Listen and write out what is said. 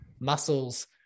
Muscles